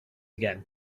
again